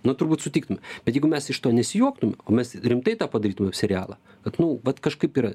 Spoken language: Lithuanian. na turbūt sutiktume bet jeigu mes iš to nesijuoktum mes rimtai tą padarytumėm serialą kad nu vat kažkaip yra